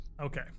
okay